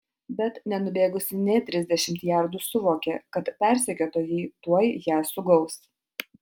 bet nenubėgusi nė trisdešimt jardų suvokė kad persekiotojai tuoj ją sugaus